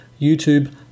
YouTube